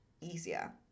easier